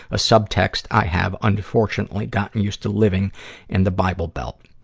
a subtext i have unfortunately gotten used to living in the bible belt.